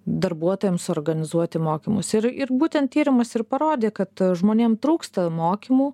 darbuotojams organizuoti mokymus ir ir būtent tyrimas ir parodė kad žmonėm trūksta mokymų